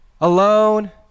alone